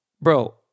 bro